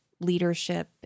leadership